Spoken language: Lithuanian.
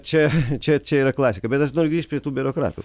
čia čia čia yra klasika bet aš noriu grįšt prie tų biurokratų